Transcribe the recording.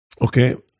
okay